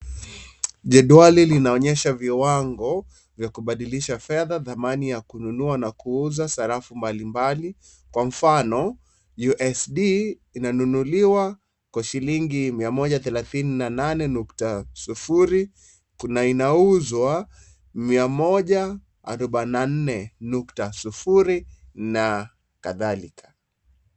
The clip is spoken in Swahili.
Jedwali linaonyesha viwango vya kubadilisha fedha dhamani ya kununua na kuuza sarafu mbalimbali kwa mfano USD inanunuliwa kwa shilingi mia moja thelathini na nane nukta sufuri kuna na inauzwa mia moja arubaini na nne nukta sufuri na kadhalika.